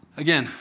again,